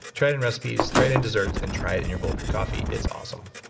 try it in recipes, try it in desserts, and try it in your bulletproof coffee. it's awesome